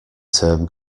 term